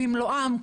במלואם,